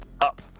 up